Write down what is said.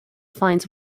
finds